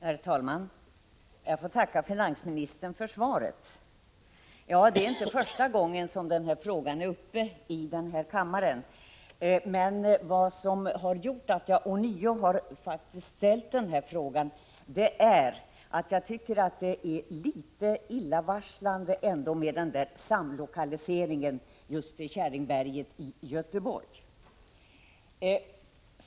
Herr talman! Jag får tacka finansministern för svaret. Det är inte första gången som den här frågan är uppe till debatt i denna kammare. Men vad som har gjort att jag ånyo har ställt frågan är att jag tycker att det ändå är litet illavarslande med samlokaliseringen till Käringberget i Göteborg.